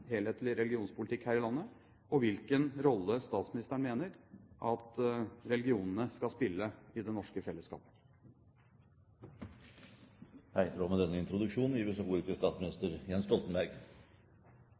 helhetlig religionspolitikk her i landet, og hvilken rolle statsministeren mener at religionene skal spille i det norske fellesskapet. I tråd med denne introduksjonen gir vi så ordet til